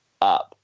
up